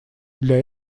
для